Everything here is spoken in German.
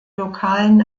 lokalen